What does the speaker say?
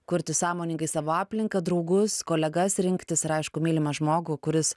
kurti sąmoningai savo aplinką draugus kolegas rinktis ir aišku mylimą žmogų kuris